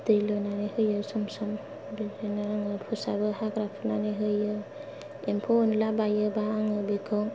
दै लुनानै होयो सम सम बिदिनो आङो फोसाबो हाग्रा खुनानै होयो एम्फौ अनला बायोबा आं बेखौ